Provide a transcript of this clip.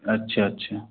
अच्छा अच्छा